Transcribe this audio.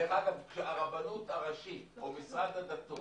דרך אגב, כשהרבנות הראשית או משרד הדתות